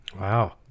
wow